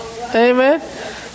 Amen